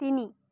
তিনি